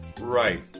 right